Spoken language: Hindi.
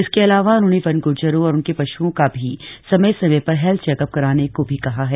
इसके अलावा उन्होंने वन गुज्जरों और उनके पशुओं का भी समय समय पर हेल्थ चेकअप कराने को भी कहा है